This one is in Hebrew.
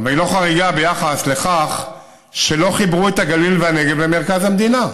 אבל היא לא חריגה ביחס לכך שלא חיברו את הגליל והנגב למרכז המדינה.